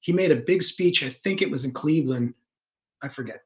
he made a big speech. i think it was in cleveland i forget